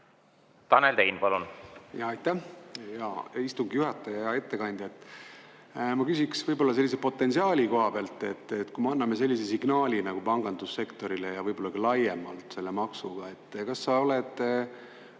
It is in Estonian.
Tanel Tein, palun! Aitäh, hea istungi juhataja! Hea ettekandja! Ma küsiksin sellise potentsiaali koha pealt, et kui me anname sellise signaali nagu pangandussektorile ja võib-olla ka laiemalt selle maksuga, siis kas sa oled